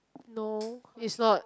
no is not